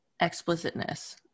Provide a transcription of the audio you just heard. explicitness